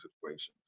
situations